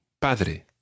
Padre